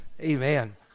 Amen